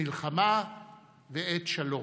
לכל הדברים שיקרים לנו.